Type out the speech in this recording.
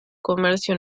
comercio